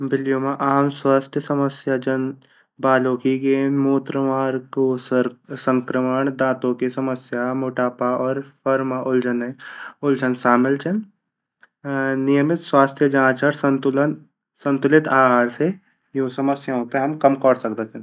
बिल्ल्यू मा आम सावस्त्या समस्य जन बालों की गेंद मूत्र मार्ग कु सक्रामंड दाँतों की समस्या मोटापा और फर मा उलझन शामिल छिन अर नियमित सवास्या जाँच और संतुलित आहार से हम यू समस्याऊ ते कम कोर सकदा छिन।